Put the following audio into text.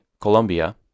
Colombia